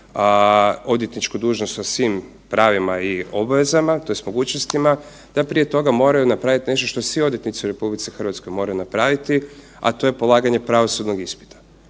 odvjetničku dužnost u svim pravima i obvezama tj. mogućnostima, da prije toga moraju napraviti nešto što svi odvjetnici u RH moraju napraviti, a to je polaganje pravosudnog ispita.